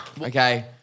Okay